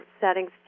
settings